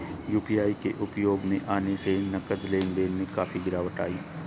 UPI के उपयोग में आने से नगद लेन देन में काफी गिरावट आई हैं